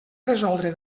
resoldre